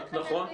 אני רוצה להבין.